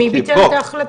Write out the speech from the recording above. מי ביטל את ההחלטה?